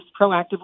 proactively